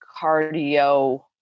cardio